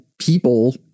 people